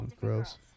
Gross